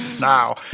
Now